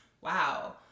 wow